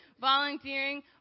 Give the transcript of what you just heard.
volunteering